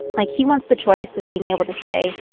like, he wants the choice of being able to say,